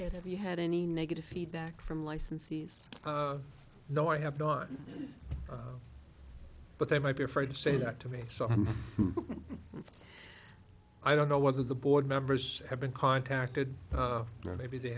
and if you had any negative feedback from licensees you know i have known but they might be afraid to say that to me so i don't know whether the board members have been contacted or maybe they